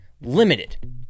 limited